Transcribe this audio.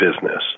business